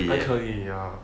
还可以 ya